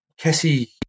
Kessie